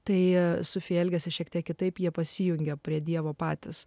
tai sofija elgiasi šiek tiek kitaip jie pasijungia prie dievo patys